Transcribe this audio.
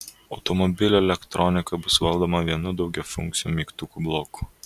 automobilio elektronika bus valdoma vienu daugiafunkciu mygtukų bloku